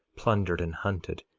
plundered, and hunted,